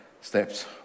steps